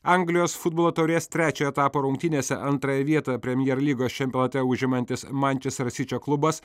anglijos futbolo taurės trečiojo etapo rungtynėse antrąją vietą premjer lygos čempionate užimantis mančesterio sičio klubas